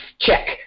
Check